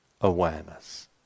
awareness